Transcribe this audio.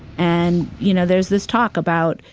and, you know, there's this talk about,